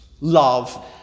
Love